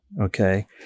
okay